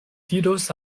diros